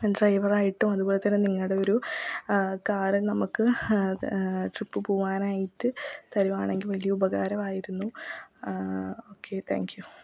ഡ്രൈവറായിട്ടും അതുപോലെതന്നെ നിങ്ങളുടെ ഒരു കാര് നമുക്ക് ട്രിപ്പ് പോവാനായിട്ട് തരുവാണെങ്കിൽ വലിയ ഉപകാരമായിരുന്നു ഓക്കെ താങ്ക് യു